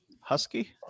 Husky